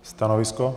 Stanovisko?